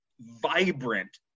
vibrant